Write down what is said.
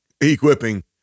Equipping